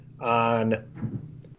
on